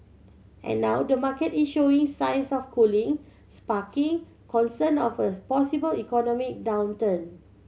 and now the market is showing signs of cooling sparking concern of a possible economic downturn